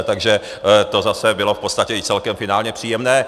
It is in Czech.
Takže to zase bylo v podstatě i celkem finálně příjemné.